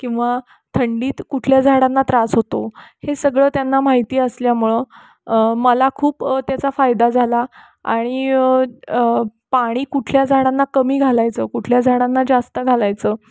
किंवा थंडीत कुठल्या झाडांना त्रास होतो हे सगळं त्यांना माहिती असल्यामुळं मला खूप त्याचा फायदा झाला आणि पाणी कुठल्या झाडांना कमी घालायचं कुठल्या झाडांना जास्त घालायचं